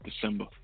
December